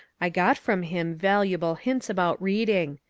i got from him valuable hints about reading.